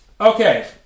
Okay